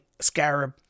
Scarab